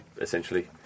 essentially